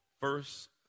First